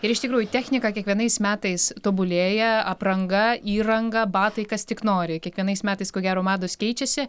ir iš tikrųjų technika kiekvienais metais tobulėja apranga įranga batai kas tik nori kiekvienais metais ko gero mados keičiasi